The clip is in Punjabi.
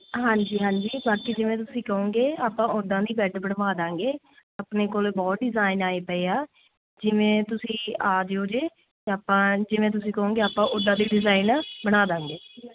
ਹਾਂਜੀ ਹਾਂਜੀ ਬਾਕੀ ਜਿਵੇਂ ਤੁਸੀਂ ਕਹੋਂਗੇ ਆਪਾਂ ਓਦਾਂ ਦੇ ਈ ਬੈੱਡ ਬਣਵਾਦਾਂਗੇ ਆਪਣੇ ਕੋਲ਼ ਬਹੁਤ ਹੀ ਡਿਜ਼ਾਈਨ ਆਏ ਪਏ ਆ ਜਿਵੇਂ ਤੁਸੀਂ ਆ ਜਿਓ ਜੇ ਆਪਾਂ ਜਿਵੇਂ ਤੁਸੀਂ ਕਹੋਂਗੇ ਆਪਾਂ ਓਦਾਂ ਦੇ ਡਿਜ਼ਾਈਨ ਬਣਾਦਾਂਗੇ